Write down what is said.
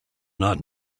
not